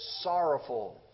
sorrowful